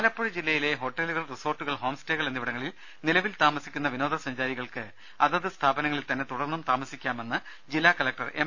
ആലപ്പുഴ ജില്ലയിലെ ഹോട്ടലുകൾ റിസോർട്ടുകൾ ഹോംസ്റ്റേകൾ എന്നിവിടങ്ങളിൽ നിലവിൽ താമസിക്കുന്ന വിനോദസഞ്ചാരികൾക്ക് അതത് സ്ഥാപനങ്ങളിൽ തന്നെ തുടർന്നും താമസിക്കാമെന്നു ജില്ലാ കലക്ടർ എം